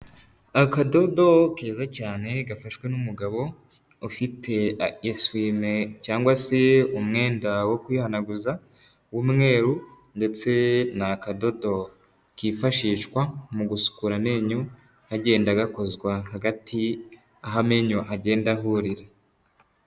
Akadodo keza cyane gafashwe n'umugabo, ufite esime cyangwa se umwenda wo kwihanaguza w'umweru ndetse ni akadodo kifashishwa mu gusukura amenyo, kagenda gakozwa hagati aho amenyo agenda ahurira.